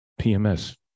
PMS